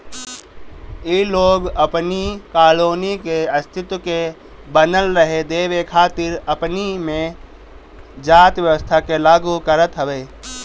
इ लोग अपनी कॉलोनी के अस्तित्व के बनल रहे देवे खातिर अपनी में जाति व्यवस्था के लागू करत हवे